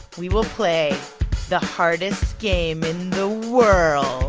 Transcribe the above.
we will play the hardest game in the world